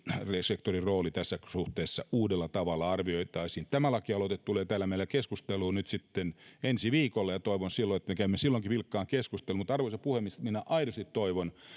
sektorin rooli tässä suhteessa uudella tavalla arvioitaisiin tämä lakialoite tulee täällä meillä keskusteluun nyt sitten ensi viikolla ja toivon että me silloinkin käymme vilkkaan keskustelun mutta arvoisa puhemies minä aidosti toivon